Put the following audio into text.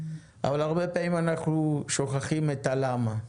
אבל הרבה פעמים אנחנו שוכחים את הלמה,